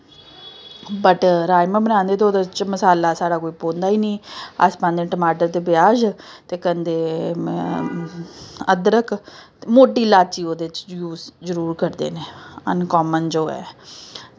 बट्ट राजमाह् बनाने ते ओह्दे च मसाला साढ़ा कोई पौंदा ई नेईं अस पान्ने टमाटर ते प्याज ते कन्नै अदरक ते मोटी लाची ओह्दे च यूज़ जरूर करदे न अनकॉमन जो ऐ